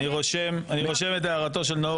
אני רוצה להבין.